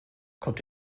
kommt